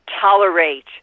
tolerate